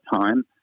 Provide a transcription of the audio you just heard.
time